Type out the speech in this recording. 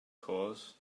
cause